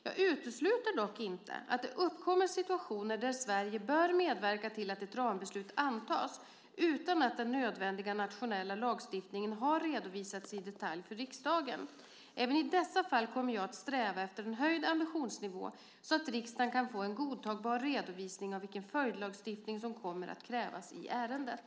Jag utesluter dock inte att det uppkommer situationer där Sverige bör medverka till att ett rambeslut antas utan att den nödvändiga nationella lagstiftningen har redovisats i detalj för riksdagen. Även i dessa fall kommer jag att sträva efter en höjd ambitionsnivå så att riksdagen kan få en godtagbar redovisning av vilken följdlagstiftning som kommer att krävas i ärendet.